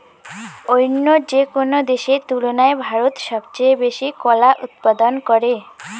অইন্য যেকোনো দেশের তুলনায় ভারত সবচেয়ে বেশি কলা উৎপাদন করে